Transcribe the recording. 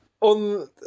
on